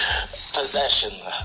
possession